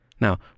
Now